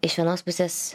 iš vienos pusės